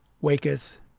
Waketh